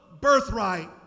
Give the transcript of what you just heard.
birthright